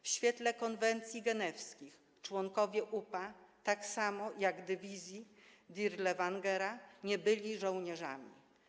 W świetle konwencji genewskich członkowie UPA, tak samo jak członkowie dywizji Dirlewangera, nie byli żołnierzami.